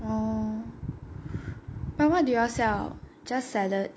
orh but what do you'll sell just salad